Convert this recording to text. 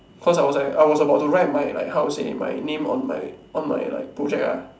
cause I was like I was about to write my like how to say my name on my on my like project ah